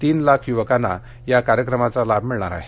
तीन लाख युवकांना या कार्यक्रमाचा लाभ मिळणार आहे